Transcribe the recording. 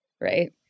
right